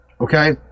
Okay